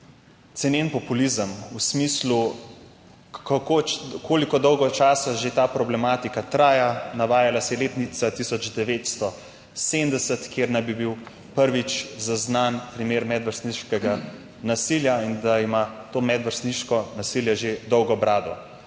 ceneni populizem v smislu, kako dolgo časa že ta problematika traja, navajala se je letnica 1970, ko naj bi bil prvič zaznan primer medvrstniškega nasilja, in da ima to medvrstniško nasilje že dolgo brado.